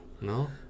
No